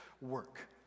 work